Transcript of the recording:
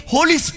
Holy